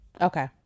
Okay